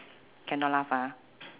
cannot laugh ah